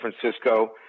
Francisco